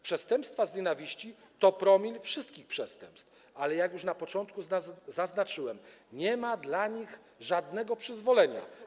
Przestępstwa z nienawiści to promil wszystkich przestępstw, ale - jak już na początku zaznaczyłem - nie ma na nie żadnego przyzwolenia.